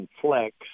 flex